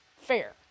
fair